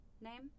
name